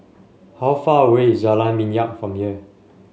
how far away is Jalan Minyak from here